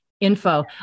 info